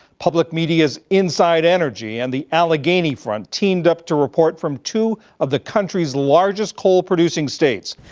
public media's inside energy and the allegheny front teamed up to report from two of the country's largest coal producing states.